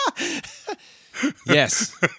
Yes